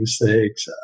mistakes